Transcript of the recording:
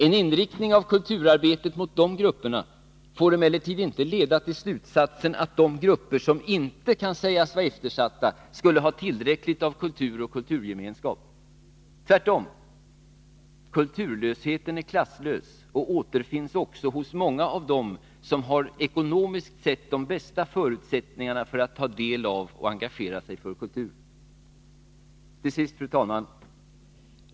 En inriktning av kulturarbetet mot de grupperna får emellertid inte leda till slutsatsen att de grupper som inte kan sägas vara eftersatta skulle ha tillräckligt av kultur och kulturgemenskap. Tvärtom — kulturlösheten är klasslös och återfinns också hos många av dem som ekonomiskt sett har de bästa förutsättningarna för att ta del av och engagera sig för kultur. Till sist, fru talman!